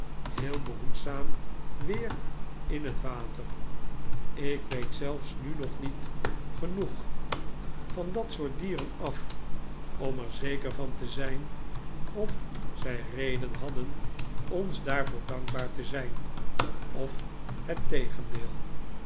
heel behoedzaam weer in het water ik weet zelfs nu nog niet genoeg van humeurigheid van juffrouw gummidge dat soort dieren af om er zeker van te zijn of zij reden hadden ons daarvoor dankbaar te zijn of het tegendeel